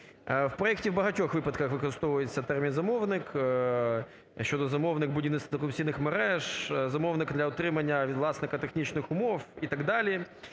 У проектів у багатьох випадках використовується термін "замовник" щодо замовник будівництва телекомунікаційний мереж, замовник для отримання від власника технічних умов і так далі.